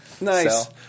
Nice